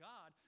God